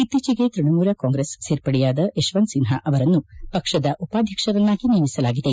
ಇತ್ತೀಚೆಗೆ ತೃಣಮೂಲ ಕಾಂಗ್ರೆಸ್ ಸೇರ್ಪಡೆಯಾದ ಯಶವಂತ್ ಸಿನ್ತಾ ಅವರನ್ನು ಪಕ್ಷದ ಉಪಾಧ್ಯಕ್ಷರನ್ನಾಗಿ ನೇಮಿಸಲಾಗಿದೆ